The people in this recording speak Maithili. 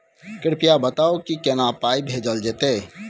कृपया बताऊ की केना पाई भेजल जेतै?